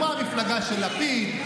כמו המפלגה של לפיד,